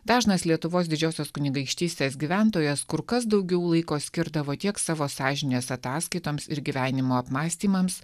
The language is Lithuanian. dažnas lietuvos didžiosios kunigaikštystės gyventojas kur kas daugiau laiko skirdavo tiek savo sąžinės ataskaitoms ir gyvenimo apmąstymams